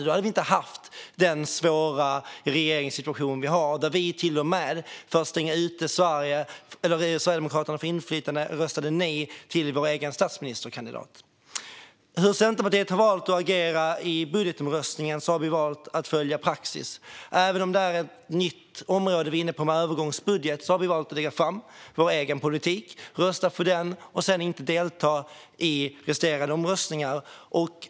Då hade vi inte haft den svåra regeringssituation som vi har, där vi till och med röstade nej till vår egen statsministerkandidat för att stänga ute Sverigedemokraterna från inflytande. I budgetomröstningen har Centerpartiet valt att följa praxis. Även om vi är inne på ett nytt område med övergångsbudget har vi valt att lägga fram vår egen politik, rösta för den och sedan inte delta i resterande omröstningar.